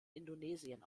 indonesien